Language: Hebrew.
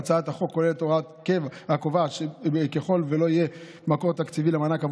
הצעת החוק כוללת הוראה הקובעת שככל שלא יהיה מקור תקציבי למענק עבור